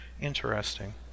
interesting